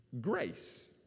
grace